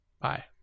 Bye